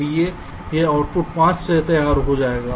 इसलिए यह आउटपुट 5 से तैयार हो जाएगा